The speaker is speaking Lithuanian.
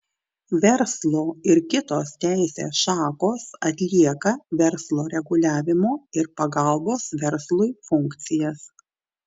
verslo ir kitos teisės šakos atlieka verslo reguliavimo ir pagalbos verslui funkcijas